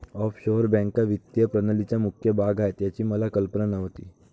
offshore बँका वित्तीय प्रणालीचा मुख्य भाग आहेत याची मला कल्पना नव्हती